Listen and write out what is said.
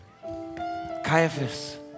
Caiaphas